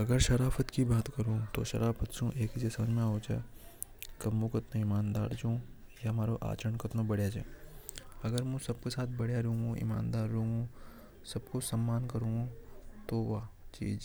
अगर मु शराफत की बात करु तो शराफत सु एक चीज समझ में आवे च की मु कतरों ईमानदार चू की मारो आचरण कतारों बढ़िया च मु कतरों सम्मान कुरुगुओ। तो बा चीज।